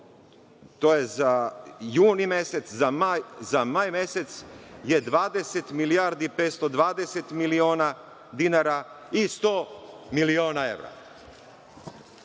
to je za juni mesec, za maj mesec je 20 milijardi 520 miliona dinara i 100 miliona evra. Svako